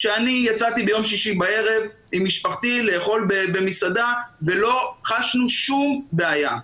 שאני יצאתי ביום שישי בערב עם משפחתי לאכול במסעדה ולא חשנו שום בעיה.